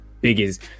biggest